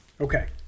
Okay